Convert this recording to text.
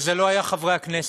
וזה לא היו חברי הכנסת,